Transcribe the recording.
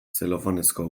zelofanezko